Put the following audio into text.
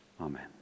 Amen